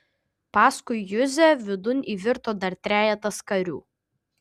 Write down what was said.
paskui juzę vidun įvirto dar trejetas karių